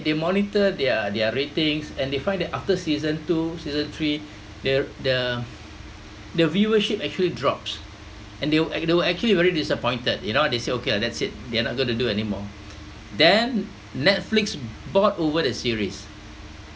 they monitor their their ratings and they find that after season two season three their the the viewership actually drops and they were they were actually very disappointed you know what they said okay lah that's it they are not going to do anymore then netflix bought over the series